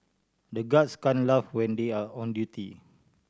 the guards can't laugh when they are on duty